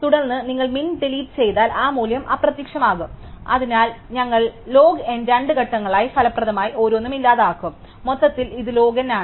തുടർന്ന് നിങ്ങൾ min delete ചെയ്താൽ ആ മൂല്യം അപ്രത്യക്ഷമാകും അതിനാൽ ഞങ്ങൾ ലോഗ് n രണ്ട് ഘട്ടങ്ങളിലായി ഫലപ്രദമായി ഓരോന്നും ഇല്ലാതാക്കും അതിനാൽ മൊത്തത്തിൽ ഇത് ലോഗ് n ആണ്